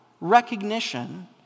recognition